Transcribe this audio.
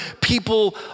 people